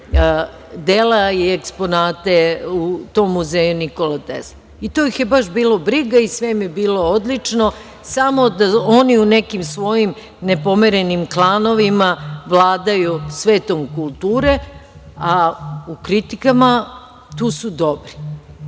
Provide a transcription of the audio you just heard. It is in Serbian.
dela i eksponate u Muzeju „Nikola Tesla“ i to ih je baš bilo briga. Sve im je bilo odlično samo da oni u nekim svojim nepomerenim klanovima vladaju svetom kulture, a u kritikama tu su dobri,